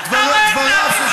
אתה בא להטיף על ז'בוטינסקי?